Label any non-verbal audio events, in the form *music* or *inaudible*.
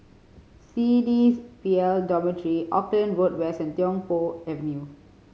C D *unintelligible* P L Dormitory Auckland Road West and Tiong Poh Avenue